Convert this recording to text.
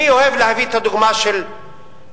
אני אוהב להביא את הדוגמה של צפון-אירלנד.